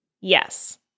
Yes